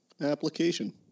application